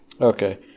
Okay